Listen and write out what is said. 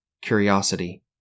curiosity